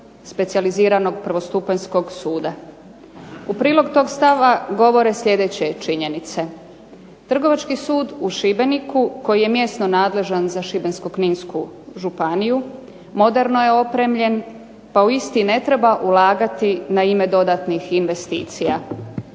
specijaliziranog prvostupanjskog suda. U prilog tog stava govore sljedeće činjenice: Trgovački sud u Šibeniku koji je mjesno nadležan za Šibensko-kninsku županiju moderno je opremljen, pa u isti ne treba ulagati na ime dodatnih investicija.